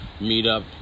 meetup